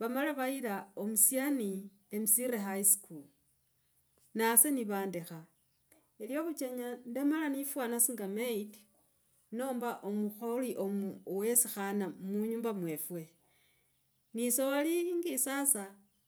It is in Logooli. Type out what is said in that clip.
Vamala vayila omusiani emusire highschool nasye nivandekha. Lyo ovuchenya ndamala nefwana singa maid namba omukhali we sikhana munyumba mwefwe nise walingi sasa.